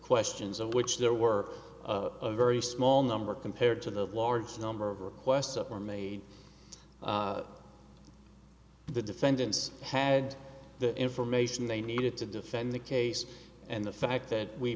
questions of which there were a very small number compared to the large number of requests or made the defendants had the information they needed to defend the case and the fact that we